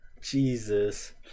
Jesus